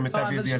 למיטב ידיעתי.